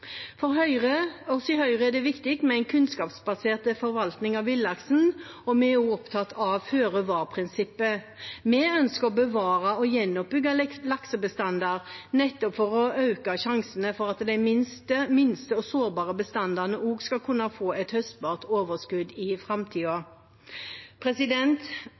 For oss i Høyre er det viktig med en kunnskapsbasert forvaltning av villaksen, og vi er også opptatt av føre-var-prinsippet. Vi ønsker å bevare og gjenoppbygge laksebestander nettopp for å øke sjansene for at de minste og sårbare bestandene også skal kunne få et høstbart overskudd i